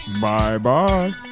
Bye-bye